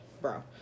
bro